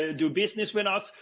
do business with us.